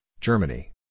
Germany